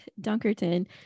dunkerton